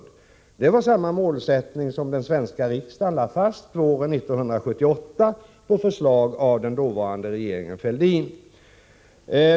Det var samma målsättning som den svenska riksdagen lade fast våren 1978 på förslag av den dåvarande regeringen Fälldin.